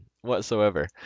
Whatsoever